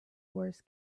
wars